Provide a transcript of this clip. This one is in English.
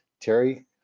Terry